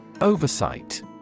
Oversight